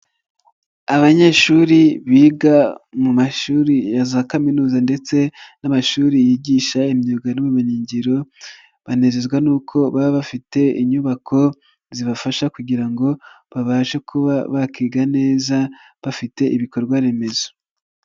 Abanyeshuri biga mu mashuri ya za kaminuza ndetse n'amashuri yigisha imyuga n'ubumenyingiro banezezwa n'uko baba bafite inyubako zibafasha kugira ngo babashe kuba bakiga neza bafite ibikorwa remezo.